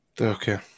Okay